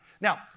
Now